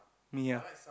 ya